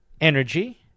energy